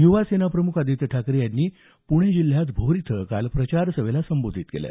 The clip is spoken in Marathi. युवासेना प्रमुख आदित्य ठाकरे यांनी पुणे जिल्ह्यातल्या भोर इथं प्रचारसभेला संबोधित केलं